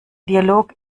dialog